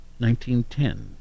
1910